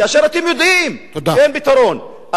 כאשר אתם יודעים שאין פתרון?